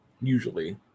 Usually